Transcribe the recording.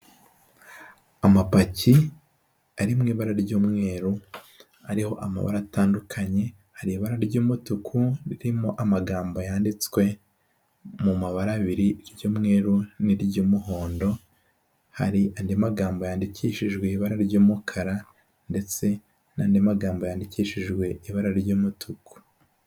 Amapaki ari mu ibara ry'umweru, ariho amabara atandukanye, hari ibara ry'umutuku ririmo amagambo yanditswe mu mabara abiri, iry'umweru n'iry'umuhondo, hari andi magambo yandikishijwe ibara ry'umukara ndetse n'andi magambo yandikishijwe ibara ry'umutuku.